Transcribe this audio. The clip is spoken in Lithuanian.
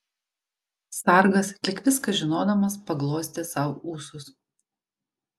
sargas lyg viską žinodamas paglostė sau ūsus